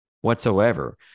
whatsoever